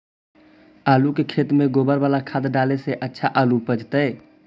आलु के खेत में गोबर बाला खाद डाले से अच्छा आलु उपजतै?